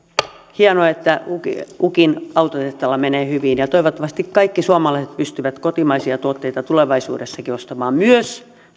hienoa että tänä päivänä ukin autotehtaalla menee hyvin toivottavasti kaikki suomalaiset pystyvät kotimaisia tuotteita tulevaisuudessakin ostamaan myös